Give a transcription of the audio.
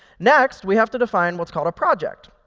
next, we have to define what's called a project.